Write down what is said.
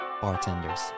bartenders